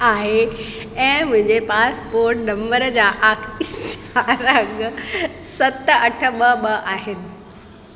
आहे ऐं मुंहिंजे पासपोट नंबर जा आखिरी चारि अंग सत अठ ॿ ॿ आहिनि